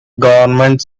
government